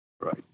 Right